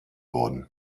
worden